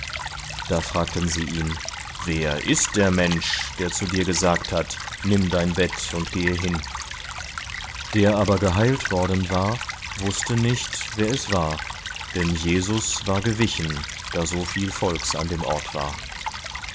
da fragten sie ihn wer ist der mensch der zu dir gesagt hat nimm dein bett und gehe hin der aber geheilt worden war wußte nicht wer es war denn jesus war gewichen da so viel volks an dem ort war